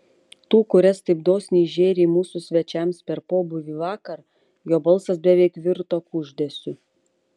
tų kurias taip dosniai žėrei mūsų svečiams per pobūvį vakar jo balsas beveik virto kuždesiu